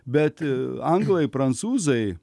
bet anglai prancūzai